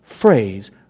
phrase